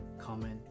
comment